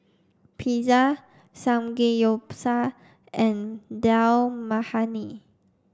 Pizza Samgeyopsal and Dal Makhani